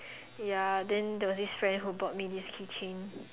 ya then there was this friend who bought me this keychain